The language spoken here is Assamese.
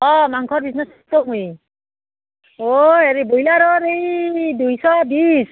অঁ মাংসৰ বিজনেছ অ' হেৰি ব্ৰইলাৰ হ'লে দুশ বিছ